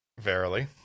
verily